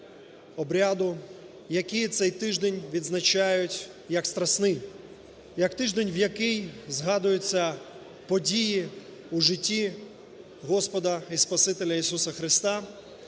обряду, які цей тиждень відзначають як страсний, як тиждень, в який згадуються події у житті Господа і Спасителя Ісуса Хреста.